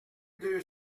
deux